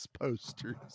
posters